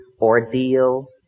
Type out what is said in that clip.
ordeal